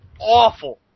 awful